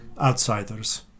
Outsiders